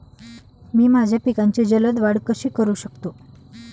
मी माझ्या पिकांची जलद वाढ कशी करू शकतो?